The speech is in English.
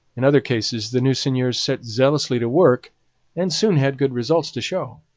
in other cases the new seigneurs set zealously to work and soon had good results to show.